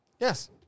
Yes